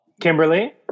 Kimberly